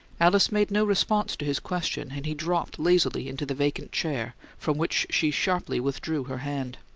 alice made no response to his question, and he dropped lazily into the vacant chair, from which she sharply withdrew her hand.